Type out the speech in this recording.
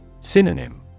Synonym